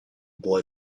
boy